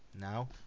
now